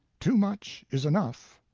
too much is enough,